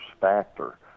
factor